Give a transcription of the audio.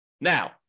Now